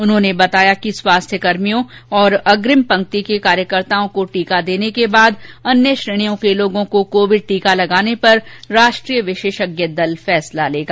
उन्होंने बताया कि स्वास्थ्यकर्मियों तथा अग्रिम पंक्ति के कार्यकर्ताओं को टीका देने के बाद अन्य श्रेणियों के लोगों को कोविड टीका लगाने पर राष्ट्रीय विशेषज्ञ दल फैसला लेगा